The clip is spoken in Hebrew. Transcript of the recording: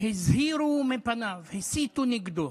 הזהירו מפניו, הסיתו נגדו,